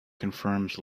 confirms